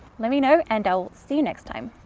let me know and i'll see you next time.